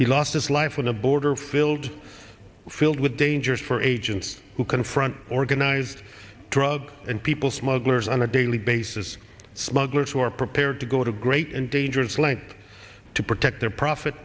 he lost his life in a border filled filled with dangers for agents who confront organized drug and people smugglers on a daily basis smugglers who are prepared to go to great and dangerous lengths to check their profit